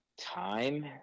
time